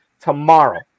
tomorrow